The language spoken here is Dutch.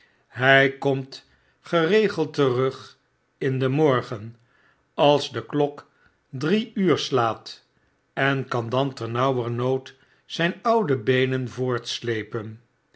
hy komt geregeld terug in den morgen als de klok drie uur slaat en kan dan ternauwernood zijn oude beenen voortsleepen